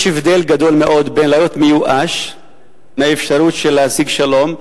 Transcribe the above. יש הבדל גדול מאוד בין להיות מיואש מהאפשרות להשיג שלום,